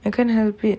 I can't help it